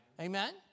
Amen